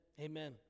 Amen